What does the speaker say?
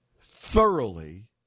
thoroughly